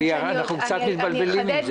אנחנו קצת מתבלבלים עם זה.